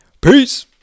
Peace